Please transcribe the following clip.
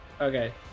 Okay